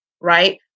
right